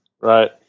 Right